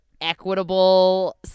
equitable